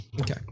okay